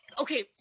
okay